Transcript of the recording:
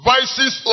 Vices